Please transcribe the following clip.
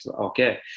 okay